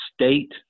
state